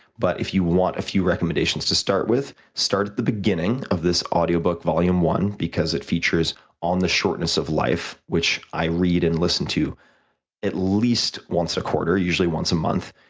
but if you want a few recommendations to start with, start at the beginning of this audio book, volume one, because it features on the shortness of life, which i read and listen to at least once a quarter usually once a month.